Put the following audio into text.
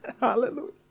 Hallelujah